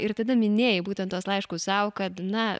ir tada minėjai būtent tuos laiškus sau kad na